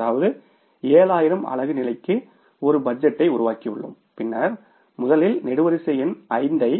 அதாவது 7000 அலகு நிலைக்கு ஒரு பட்ஜெட்டை உருவாக்கியுள்ளோம் பின்னர் முதலில் நெடுவரிசை எண் 5 ஐ